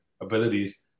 abilities